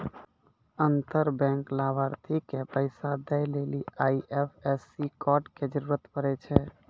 अंतर बैंक लाभार्थी के पैसा दै लेली आई.एफ.एस.सी कोड के जरूरत पड़ै छै